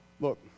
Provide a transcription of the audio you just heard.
Look